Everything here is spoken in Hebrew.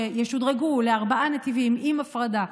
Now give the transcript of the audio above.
שישודרגו לארבעה נתיבים עם הפרדה,